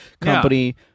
company